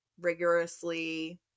rigorously